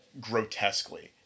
grotesquely